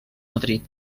madrid